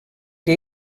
que